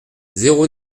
zéro